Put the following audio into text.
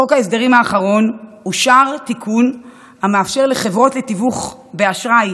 בחוק ההסדרים האחרון אושר תיקון המאפשר לחברות לתיווך באשראי